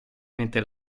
mentre